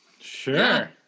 Sure